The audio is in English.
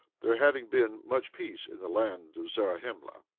there having been much peace in the land of zarahemla,